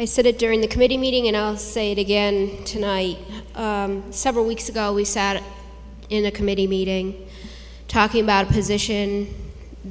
i said it during the committee meeting you know i'll say it again tonight several weeks ago we sat in a committee meeting talking about position